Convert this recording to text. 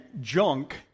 junk